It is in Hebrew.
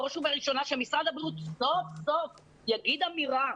בראש ובראשונה שמשרד הבריאות סוף-סוף יגיד אמירה,